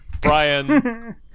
Brian